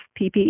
PPE